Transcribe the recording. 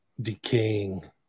decaying